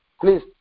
please